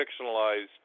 fictionalized